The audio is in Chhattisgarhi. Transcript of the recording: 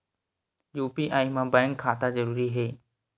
यू.पी.आई मा बैंक खाता जरूरी हे?